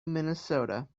minnesota